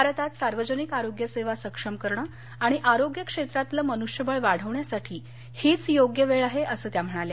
भारतात सार्वजनिक आरोग्य सेवा सक्षम करणं आणि आरोग्य क्षेत्रातलं मनुष्यबळ वाढवण्यासाठी हीच योग्य वेळ आहे असं त्या म्हणाल्या